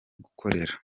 gukorera